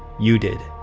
you did.